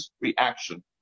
reaction